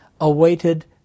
awaited